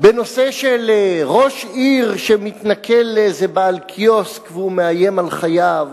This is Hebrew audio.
בנושא של ראש עיר שמתנכל לאיזה בעל קיוסק והוא מאיים על חייו,